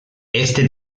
este